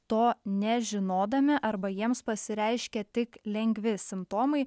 to nežinodami arba jiems pasireiškė tik lengvi simptomai